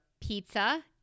pizza